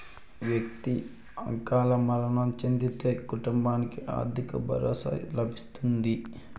వ్యక్తి అకాల మరణం చెందితే కుటుంబానికి ఆర్థిక భరోసా లభిస్తుంది